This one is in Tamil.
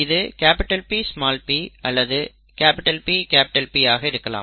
இது Pp அல்லது PP ஆக இருக்கலாம்